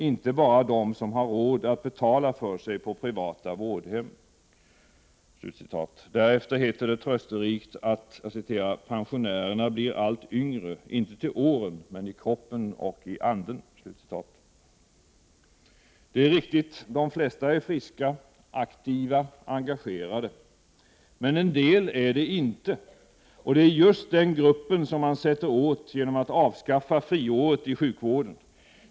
Inte bara de som har råd att betala för sig på privata vårdhem.” Därefter heter det trösterikt att ”pensionärerna blir allt yngre, inte till åren men i kroppen och i anden”. Det är riktigt, de flesta är friska, aktiva, engagerade. Men en del är det inte! Och det är just den gruppen som man sätter åt genom att avskaffa friåret i sjukvården.